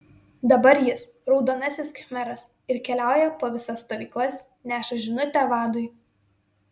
dabar jis raudonasis khmeras ir keliauja po visas stovyklas neša žinutę vadui